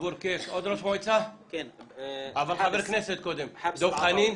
דב חנין.